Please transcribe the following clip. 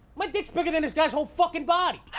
my dick's bigger than this guy's whole fucking body.